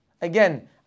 Again